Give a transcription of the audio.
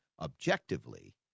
objectively